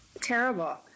Terrible